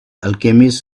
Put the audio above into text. alchemist